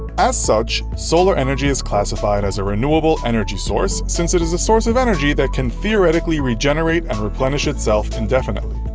as such, solar energy is classified as a renewable energy source, since it is a source of energy that can theoretically regenerate and replenish itself indefinitely.